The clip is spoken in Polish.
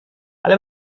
ale